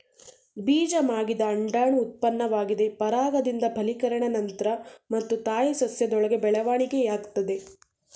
ಬೀಜ ಮಾಗಿದ ಅಂಡಾಣು ಉತ್ಪನ್ನವಾಗಿದೆ ಪರಾಗದಿಂದ ಫಲೀಕರಣ ನಂತ್ರ ಮತ್ತು ತಾಯಿ ಸಸ್ಯದೊಳಗೆ ಬೆಳವಣಿಗೆಯಾಗ್ತದೆ